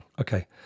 Okay